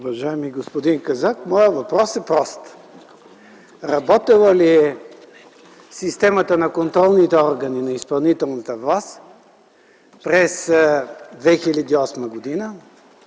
Уважаеми господин Казак, моят въпрос е прост: работила ли е системата на контролните органи на изпълнителната власт през 2008 г., за